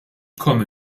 komme